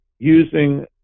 Using